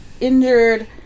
injured